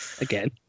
Again